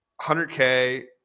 100k